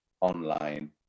online